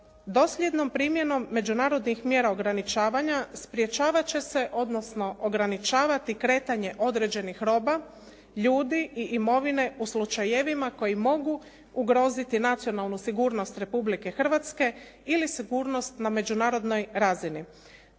Dosljednom primjenom međunarodnih mjera ograničavanja sprječavat će se, odnosno ograničavati kretanje određenih roba ljudi i imovine u slučajevima koji mogu ugroziti nacionalnu sigurnost Republike Hrvatske ili sigurnost na međunarodnoj razini.